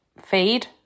feed